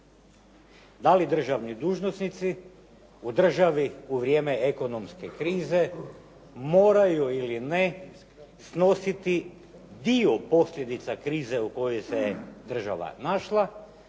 da li državni dužnosnici u državi u vrijeme ekonomske krize moraju ili ne snositi dio posljedica krize u kojoj se država našla